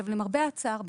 למרבה הצער,